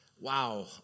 wow